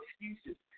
excuses